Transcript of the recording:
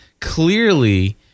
clearly